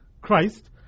Christ